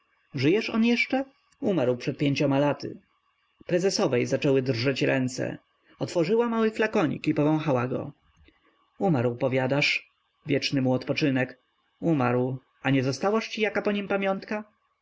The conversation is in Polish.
żyjeż on jeszcze umarł przed pięcioma laty prezesowej zaczęły drżeć ręce otworzyła mały flakonik i powąchała go umarł powiadasz wieczny mu odpoczynek umarł a nie zostałaż ci jaka po nim pamiątka